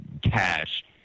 cash